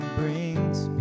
brings